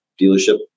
dealership